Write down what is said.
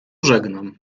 żegnam